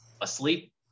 asleep